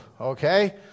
okay